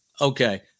okay